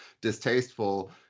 distasteful